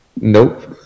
Nope